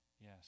Yes